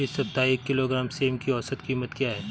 इस सप्ताह एक किलोग्राम सेम की औसत कीमत क्या है?